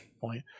point